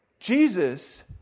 Jesus